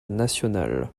nationale